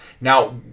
Now